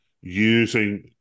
using